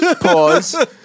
Pause